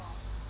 ya